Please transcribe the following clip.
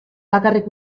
bakarrik